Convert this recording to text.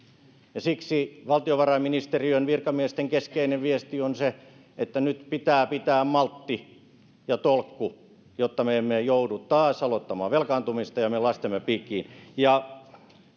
siksi valtiovarainministeriön virkamiesten keskeinen viesti on se että nyt pitää pitää maltti ja tolkku jotta me emme joudu taas aloittamaan velkaantumista meidän lastemme piikkiin ja